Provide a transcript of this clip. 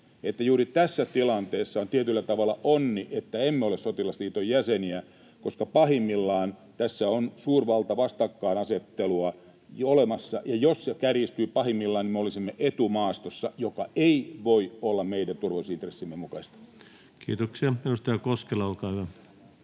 juuri tässä tilanteessa on tietyllä tavalla onni, että emme ole sotilasliiton jäseniä, koska pahimmillaan tässä on suurvaltavastakkainasettelua jo olemassa, ja jos se pahimmillaan kärjistyy, niin me olisimme etumaastossa, joka ei voi olla meidän turvallisuusintressiemme mukaista. Kiitoksia. — Edustaja Koskela, olkaa hyvä.